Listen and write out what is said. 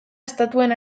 estatuen